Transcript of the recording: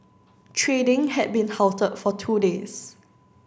trading had been halted for two days